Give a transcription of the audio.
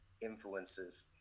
influences